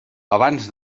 abans